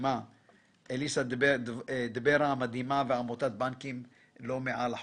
לאליסה דברה המדהימה מעמותת "בנקים לא מעל החוק",